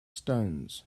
stones